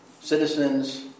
citizens